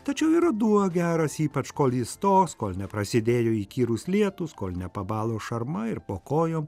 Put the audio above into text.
tačiau ir ruduo geras ypač kol jis toks kol neprasidėjo įkyrūs lietūs kol nepabalo šarma ir po kojom